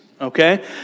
Okay